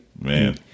Man